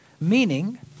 Meaning